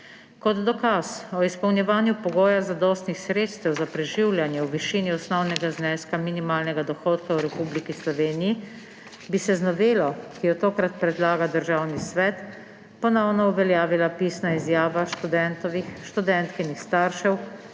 Kot dokaz o izpolnjevanju pogoja zadostnih sredstev za preživljanje v višini osnovnega zneska minimalnega dohodka v Republiki Sloveniji bi se z novelo, ki jo tokrat predlaga Državni svet, ponovno uveljavila pisna izjava študentovih ali študentkinih staršev